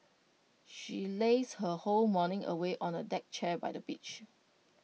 she lazed her whole morning away on A deck chair by the beach